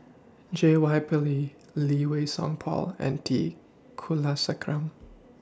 J Y Pillay Lee Wei Song Paul and T Kulasekaram